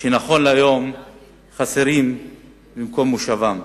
שהיום חסרים במקום מושבם.